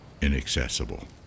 inaccessible